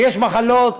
ויש מחלות